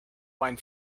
find